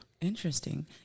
interesting